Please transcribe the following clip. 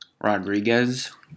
Rodriguez